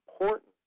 important